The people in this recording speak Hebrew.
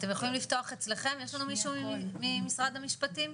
יש לנו מישהו ממשרד המשפטים,